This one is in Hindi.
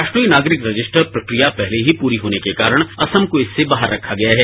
राष्ट्रीय नागरिक रजिस्टर प्रक्रिया पहले ही पूरी होने के कारण असम को इससे बाहर रखा गया है